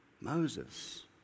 Moses